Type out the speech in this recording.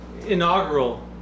inaugural